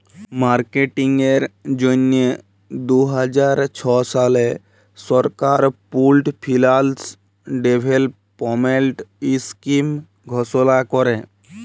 মার্কেটিংয়ের জ্যনহে দু হাজার ছ সালে সরকার পুল্ড ফিল্যাল্স ডেভেলপমেল্ট ইস্কিম ঘষলা ক্যরে